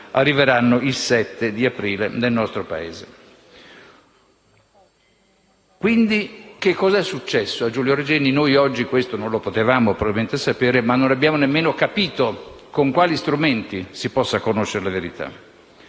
arriveranno il 7 aprile nel nostro Paese. Quindi, cosa sia successo a Giulio Regeni noi oggi probabilmente non lo potevamo sapere. Ma non abbiamo nemmeno capito con quali strumenti si possa conoscere la verità.